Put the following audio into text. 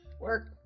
Work